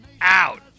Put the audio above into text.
out